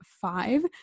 five